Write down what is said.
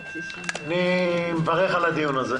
אני מברך על הדיון הזה.